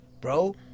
bro